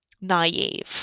naive